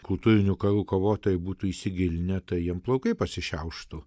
kultūrinių karų kovotojai būtų įsigilinę tai jiem plaukai pasišiauštų